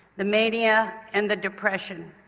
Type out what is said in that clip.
the mania and the depression,